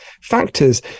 factors